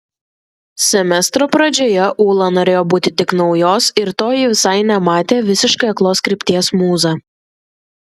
semestro pradžioje ūla norėjo būti tik naujos ir to ji visai nematė visiškai aklos krypties mūza